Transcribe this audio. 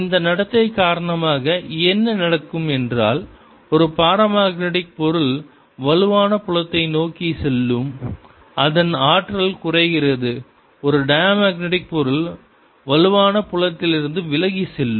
இந்த நடத்தை காரணமாக என்ன நடக்கும் என்றால் ஒரு பரமக்நெடிக் பொருள் வலுவான புலத்தை நோக்கி செல்லும் அதன் ஆற்றல் குறைகிறது ஒரு டயமக்னடிக் பொருள் வலுவான புலத்திலிருந்து விலகிச் செல்லும்